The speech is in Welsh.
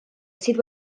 sydd